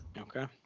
Okay